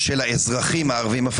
העליון,